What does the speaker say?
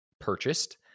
purchased